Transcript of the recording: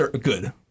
good